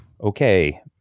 okay